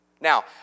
Now